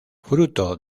fruto